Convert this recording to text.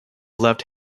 left